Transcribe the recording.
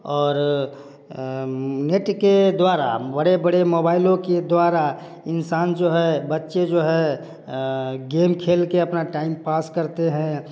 और नेट के द्वारा बड़े बड़े मोबाइलों के द्वारा इंसान जो है बच्चे जो हैं गेम खेल के अपना टाइम पास करते हैं